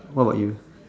what about you